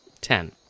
Ten